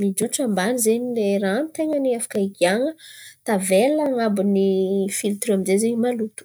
mijotso amban̈y zen̈y lay ran̈o ten̈a afaka higiana tavela an̈abon̈y amy ny filtra amin'zay zen̈y maloto.